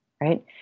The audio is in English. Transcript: right